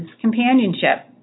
companionship